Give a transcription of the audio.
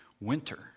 winter